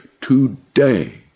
today